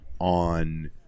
on